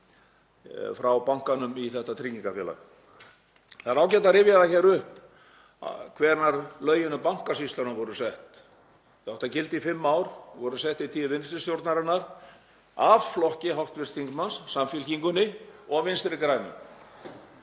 frá bankanum í þetta tryggingafélag. Það er ágætt að rifja það hér upp hvenær lögin um Bankasýsluna voru sett. Þau áttu að gilda í fimm ár, voru sett í tíð vinstri stjórnarinnar af flokki hv. þingmanns, Samfylkingunni, og Vinstri grænum.